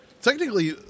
Technically